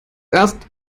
erst